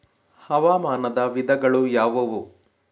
ಹವಾಮಾನದ ವಿಧಗಳು ಯಾವುವು?